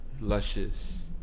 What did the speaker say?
luscious